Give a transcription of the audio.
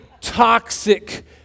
toxic